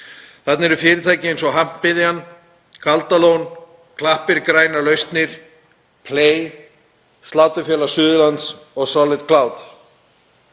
Þarna eru fyrirtæki eins og Hampiðjan, Kaldalón, Klappir grænar lausnir, Play, Sláturfélag Suðurlands og Solid Clouds.